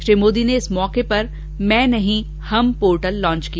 श्री मोदी ने इस अवसर पर मैं नहीं हम पोर्टल भी लॉच किया